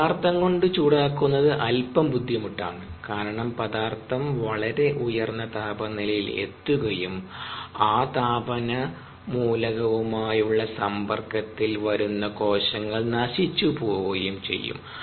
ഒരു പദാർഥം കൊണ്ട് ചൂടാക്കുന്നത് അല്പം ബുദ്ധിമുട്ടാണ് കാരണം പദാർഥം വളരെ ഉയർന്ന താപനിലയിൽ എത്തുകയും ആ താപന മൂലകവുമായുള്ള സമ്പർക്കത്തിൽ വരുന്ന കോശങ്ങൾ നശിച്ചു പോകുകയും ചെയ്യും